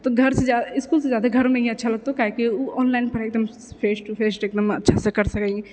तऽ घरसँ ज इसकुलसँ जादा घरमे ही अच्छा लागतौ काहेकि ओ ऑनलाइन पढ़ेतौ एकदम फेस टू फेस देखनामे अच्छासँ करऽ सकै हय